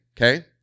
okay